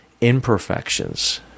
imperfections